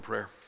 prayer